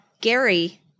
Gary